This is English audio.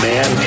Man